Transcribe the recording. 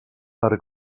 per